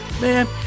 Man